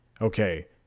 okay